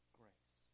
grace